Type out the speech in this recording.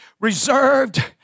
reserved